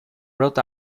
brought